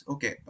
Okay